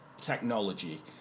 technology